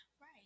Right